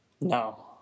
No